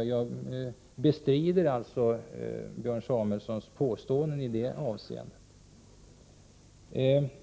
Jag bestrider alltså Björn Samuelsons påstående i detta avseende.